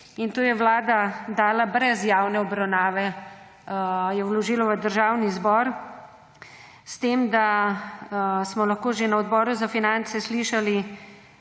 in to je Vlada brez javne obravnave vložila v Državni zbor, s tem da smo lahko že na Odboru za finance slišali